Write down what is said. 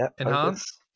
Enhance